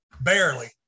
Barely